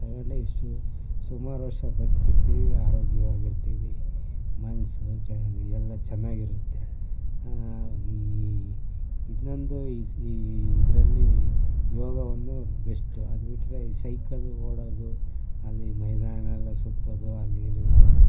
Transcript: ತಗೊಂಡರೆ ಇಷ್ಟು ಸುಮಾರು ವರ್ಷ ಬದುಕಿರ್ತೀವಿ ಆರೋಗ್ಯವಾಗಿರ್ತೀವಿ ಮನಸು ಚ ಎಲ್ಲ ಚೆನ್ನಾಗಿರುತ್ತೆ ಈ ಇನ್ನೊಂದು ಈ ಈ ಇದರಲ್ಲಿ ಯೋಗ ಒಂದು ಬೆಸ್ಟು ಅದ್ಬಿಟ್ರೆ ಈ ಸೈಕಲ್ಲು ಓಡೋದು ಅಲ್ಲಿ ಮೈದಾನ ಎಲ್ಲ ಸುತ್ತೋದು ಅಲ್ಲಿಗೆ ಇಲ್ಲಿಗೆ ಬರೋದು